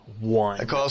one